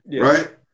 right